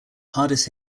hardest